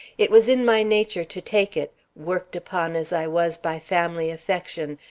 it was in my nature to take it, worked upon as i was by family affection,